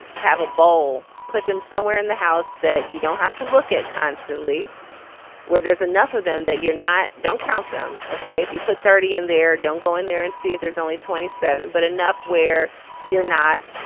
have a ball put them somewhere in the house that you don't have to look at constantly where there's enough of them that you're not. don't count them. ok. if you put thirty in there don't go in there and see if there's only twenty seven but enough where you're not.